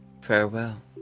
Farewell